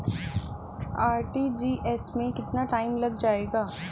RTGS में कितना time लग जाएगा?